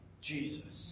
Jesus